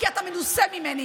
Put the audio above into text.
כי אתה מנוסה ממני.